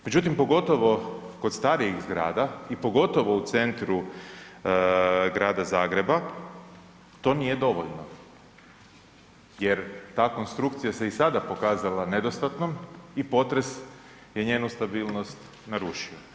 Međutim, pogotovo kod starijih zgrada i pogotovo u centru Grada Zagreba to nije dovoljno, jer ta konstrukcija se i sada pokazala nedostatnom i potres je njenu stabilnost narušio.